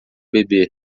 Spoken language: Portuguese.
bebê